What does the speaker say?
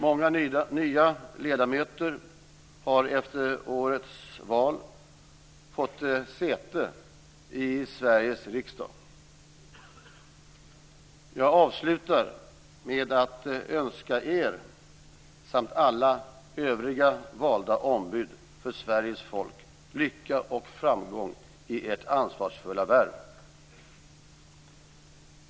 Många nya ledamöter har efter årets val fått säte i Sveriges rikdag. Jag avslutar med att önska er samt alla övriga valda ombud för Sveriges folk lycka och framgång i ert ansvarsfulla värv.